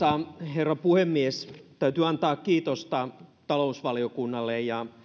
herra puhemies täytyy antaa kiitosta talousvaliokunnalle ja